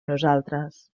nosaltres